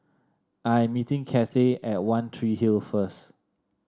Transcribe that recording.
I'm meeting Kathey at One Tree Hill first